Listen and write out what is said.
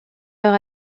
leur